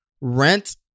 Rent